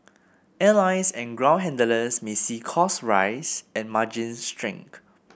airlines and ground handlers may see costs rise and margins shrink